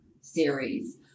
series